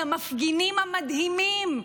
את המפגינים המדהימים,